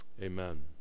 Amen